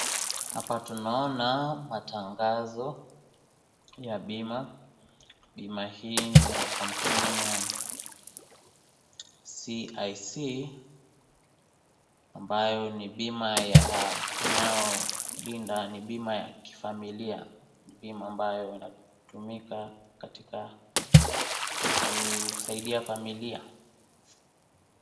Hapa tunaona matangazo ya bima. Bima hii ni ya kampuni ya CIC ambayo ni bima ya kifamilia. ni Bima ambayo natumika katika kusaidia familia.